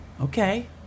Okay